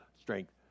strength